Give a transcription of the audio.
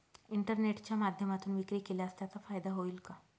इंटरनेटच्या माध्यमातून विक्री केल्यास त्याचा फायदा होईल का?